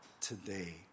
today